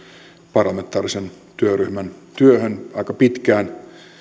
parlamentaarisen työryhmän työhön aika pitkään